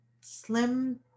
slim